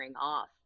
off